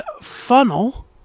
funnel